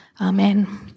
Amen